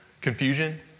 confusion